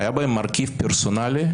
היה בהם מרכיב פרסונלי,